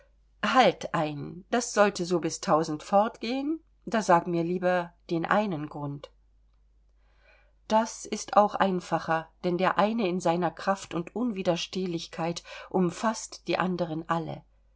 halt ein das sollte so bis tausend fortgehen da sag mir lieber den einen grund das ist auch einfacher denn der eine in seiner kraft und unwiderstehlichkeit umfaßt die anderen alle